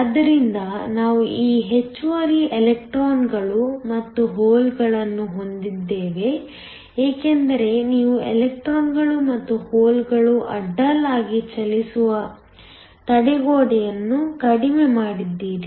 ಆದ್ದರಿಂದ ನಾವು ಈ ಹೆಚ್ಚುವರಿ ಎಲೆಕ್ಟ್ರಾನ್ಗಳು ಮತ್ತು ಹೋಲ್ಗಳನ್ನು ಹೊಂದಿದ್ದೇವೆ ಏಕೆಂದರೆ ನೀವು ಎಲೆಕ್ಟ್ರಾನ್ಗಳು ಮತ್ತು ಹೋಲ್ಗಳು ಅಡ್ಡಲಾಗಿ ಚಲಿಸಲು ತಡೆಗೋಡೆಯನ್ನು ಕಡಿಮೆ ಮಾಡಿದ್ದೀರಿ